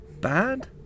Bad